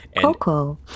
Coco